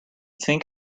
think